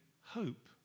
hope